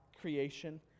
creation